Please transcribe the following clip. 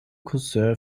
cousin